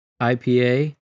IPA